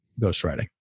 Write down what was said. ghostwriting